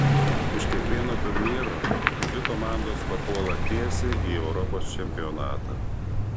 iš kiekvieno turnyro dvi komandos papuola tiesiai į europos čempionatą